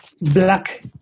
black